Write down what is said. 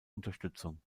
unterstützung